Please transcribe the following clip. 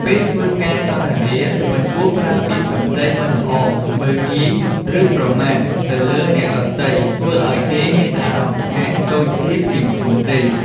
ពេលធ្វើការសន្ទនាមិនគួរប្រើពាក្យសម្តីមិនល្អ មើលងាយ ឬ ប្រមាថទៅលើអ្នកដទៃ ធ្វើឲ្យគេមានអារម្មណ៌ថាតូចទាបជាងខ្លួនទេ។